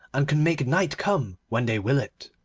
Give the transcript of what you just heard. and can make night come when they will it.